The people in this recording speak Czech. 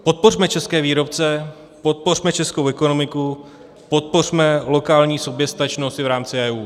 Podpořme české výrobce, podpořme českou ekonomiku, podpořme lokální soběstačnost i v rámci EU.